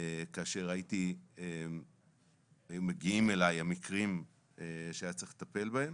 כאשר היו מגיעים אליי המקרים שהיה צריך לטפל בהם,